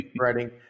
writing